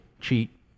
cheat